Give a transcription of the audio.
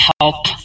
help